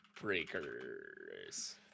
Breakers